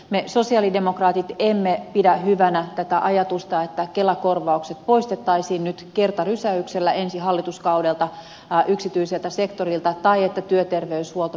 me sosialidemokraatit emme pidä hyvänä tätä ajatusta että kelakorvaukset poistettaisiin nyt kertarysäyksellä ensi hallituskaudella yksityiseltä sektorilta tai että työterveyshuolto poistettaisiin